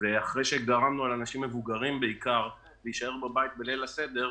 אחרי שגרמנו לאנשים מבוגרים להישאר בבית בליל הסדר,